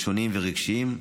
לשוניים ורגשיים,